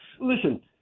Listen